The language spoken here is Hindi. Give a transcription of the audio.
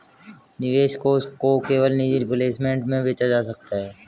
निवेश कोष को केवल निजी प्लेसमेंट में बेचा जा सकता है